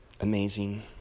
amazing